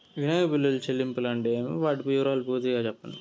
వినియోగ బిల్లుల చెల్లింపులు అంటే ఏమి? వాటి వివరాలు పూర్తిగా సెప్పండి?